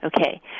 Okay